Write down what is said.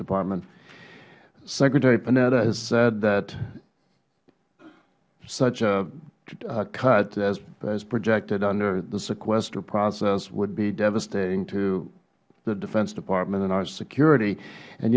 department secretary panetta has said that such a cut as projected under the sequester process would be devastating to the defense department and our security and